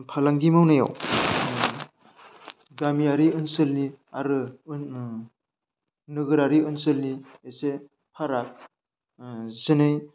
फालांगि मावनायाव गामियारि ओनसोलनि आरो नोगोरारि ओनसोलनि एसे फाराग जेरै